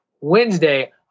Wednesday